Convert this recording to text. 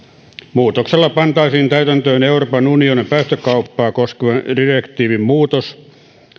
muutoksella pantaisiin täytäntöön euroopan unionin päästökauppaa koskevan direktiivin muutos